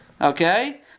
Okay